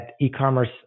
e-commerce